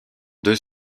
deux